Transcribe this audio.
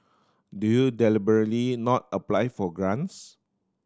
do you deliberately not apply for grants